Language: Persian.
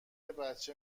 بچه